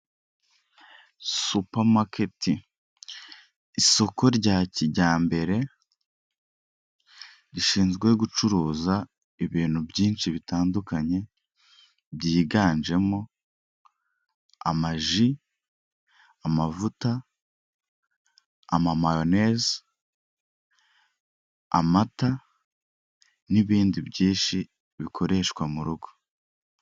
Supa maketi isoko rya kijyambere rishinzwe gucuruza ibintu byinshi bitandukanye byiganjemo ama ji, amavuta, ama mayoneze, amata n'ibindi byinshi bikoreshwa mu rugo.